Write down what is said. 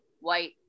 white